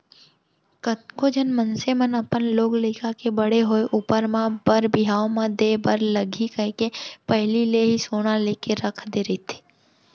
कतको झन मनसे मन अपन लोग लइका के बड़े होय ऊपर म बर बिहाव म देय बर लगही कहिके पहिली ले ही सोना लेके रख दे रहिथे